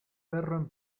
perro